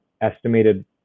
estimated